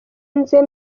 nze